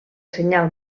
senyal